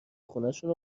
خونشون